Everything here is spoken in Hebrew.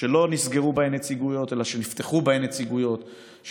שלא נסגרו בהן נציגויות אלא שנפתחו בהן נציגויות,